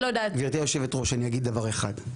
גברתי יושבת הראש, אני אגיד דבר אחד.